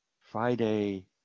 Friday